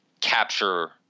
capture